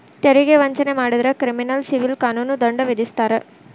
ತೆರಿಗೆ ವಂಚನೆ ಮಾಡಿದ್ರ ಕ್ರಿಮಿನಲ್ ಸಿವಿಲ್ ಕಾನೂನು ದಂಡ ವಿಧಿಸ್ತಾರ